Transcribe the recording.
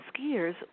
skiers